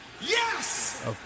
Yes